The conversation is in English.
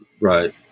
Right